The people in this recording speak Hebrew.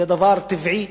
זה דבר טבעי,